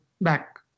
back